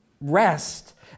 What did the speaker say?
rest